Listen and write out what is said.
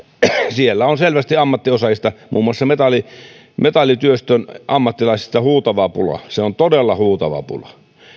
siellä on selvästi ammattiosaajista muun muassa metallityöstön ammattilaisista huutava pula todella huutava pula